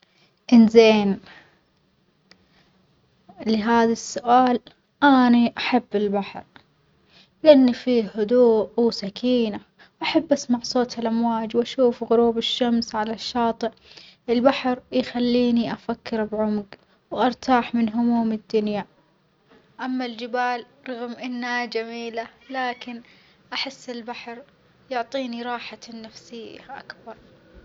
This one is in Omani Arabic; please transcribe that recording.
إن زين، لهذا السؤال أني أحب البحر، لأن فيه هدوء وسكينة وأحب أسمع الأمواج وأشوف غروب الشمس على الشاطئ، البحر يخليني أفكر بعمج وأرتاح من هموم الدنيا، أما الجبال رغم إنها جميلة لكن أحس البحر يعطيني راحةً نفسية أكبر.